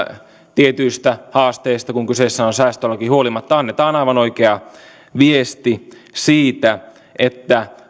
tietyistä haasteista kun kyseessä on säästölaki huolimatta annetaan aivan oikea viesti siitä että